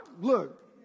Look